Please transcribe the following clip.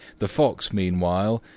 the fox, meanwhile,